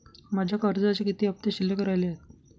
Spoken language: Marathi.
माझ्या कर्जाचे किती हफ्ते शिल्लक राहिले आहेत?